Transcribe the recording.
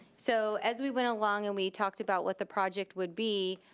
so as we went along and we talked about what the project would be,